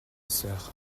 sœur